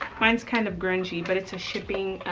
mine's kind of grungy, but it's a shipping